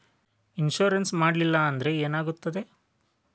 Insurance ಮಾಡಲಿಲ್ಲ ಅಂದ್ರೆ ಏನಾಗುತ್ತದೆ?